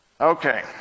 Okay